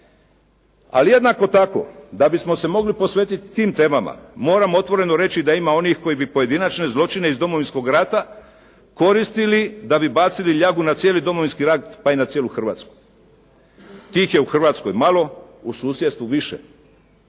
Ali jednako tako da bismo se mogli posvetiti tim temama moramo otvoreno reći da ima onih koji bi pojedinačne zločine iz Domovinskog rata koristili da bi bacili ljagu na cijeli Domovinski rat pa i na cijelu Hrvatsku. Tih je u Hrvatskoj malo, u susjedstvu više.